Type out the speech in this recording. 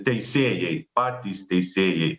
teisėjai patys teisėjai